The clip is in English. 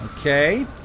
Okay